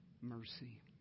mercy